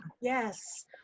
Yes